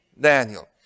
Daniel